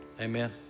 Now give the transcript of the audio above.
Amen